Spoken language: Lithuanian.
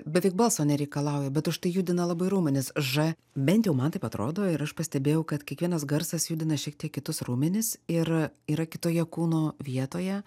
beveik balso nereikalauja bet užtai judina labai raumenis ž bent jau man taip atrodo ir aš pastebėjau kad kiekvienas garsas judina šiek tiek kitus raumenis ir yra kitoje kūno vietoje